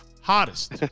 hottest